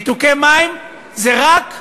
ניתוקי מים זה רק,